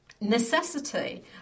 necessity